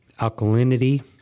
alkalinity